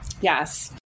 Yes